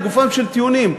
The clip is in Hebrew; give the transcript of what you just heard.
לגופם של טיעונים.